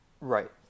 Right